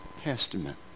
Testament